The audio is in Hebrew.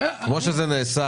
כמו שזה נעשה